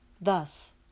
Thus